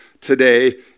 today